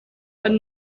but